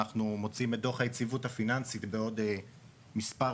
אנחנו מוציאים את דוח היציבות הפיננסית בעוד שבוע-שבועיים